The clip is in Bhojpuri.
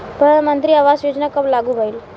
प्रधानमंत्री आवास योजना कब लागू भइल?